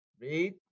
Read